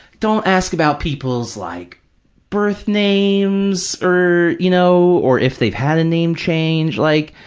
don't ask about people's like birth names or, you know, or if they've had a name change. like,